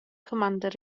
commander